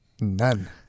None